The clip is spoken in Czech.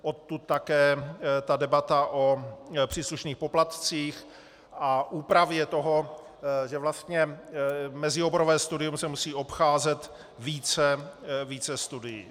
Odtud také debata o příslušných poplatcích a úpravě toho, že vlastně mezioborové studium se musí obcházet více studii.